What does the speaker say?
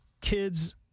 kids